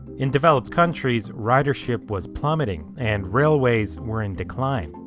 in developed countries, ridership was plummeting and railways were in decline.